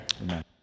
Amen